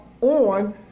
on